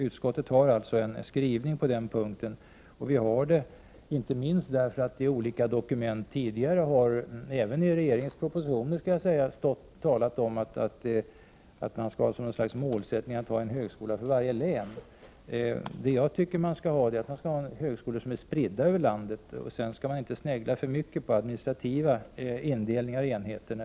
Utskottet har alltså en skrivning på den punkten. Vi har det inte minst därför att det i olika dokument tidigare, även i regeringens propositioner, har stått talat om att man skall ha som målsättning att ha en högskola för varje län. Jag tycker att man skall ha högskolor spridda över hela landet och att man inte skall snegla för mycket på administrativa indelningar och enheter.